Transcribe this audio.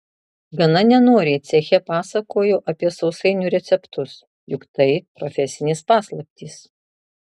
gana nenoriai ceche pasakojo apie sausainių receptus juk tai profesinės paslaptys